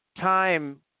time